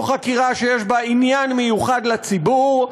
או חקירה שיש בה עניין מיוחד לציבור,